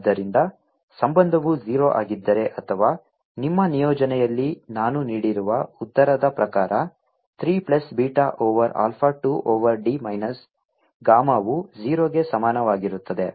ಆದ್ದರಿಂದ ಸಂಬಂಧವು 0 ಆಗಿದ್ದರೆ ಅಥವಾ ನಿಮ್ಮ ನಿಯೋಜನೆಯಲ್ಲಿ ನಾನು ನೀಡಿರುವ ಉತ್ತರದ ಪ್ರಕಾರ 3 plus beta over alpha 2 over d minus ಗಾಮಾವು 0 ಗೆ ಸಮಾನವಾಗಿರುತ್ತದೆ